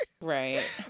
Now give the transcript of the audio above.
Right